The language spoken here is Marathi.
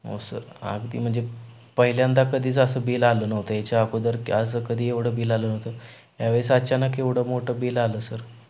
हो सर अगदी म्हणजे पहिल्यांदा कधीच असं बिल आलं नव्हतं याच्या अगोदर की असं कधी एवढं बिल आलं नव्हतं या वेळेस अचानक एवढं मोठं बिल आलं सर